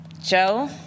Joe